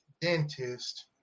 dentist